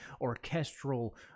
orchestral